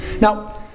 Now